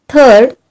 Third